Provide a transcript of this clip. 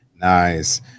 nice